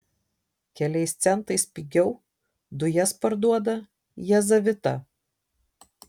keliais centais pigiau dujas parduoda jazavita